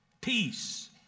Peace